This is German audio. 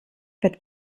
wird